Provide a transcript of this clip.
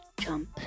jump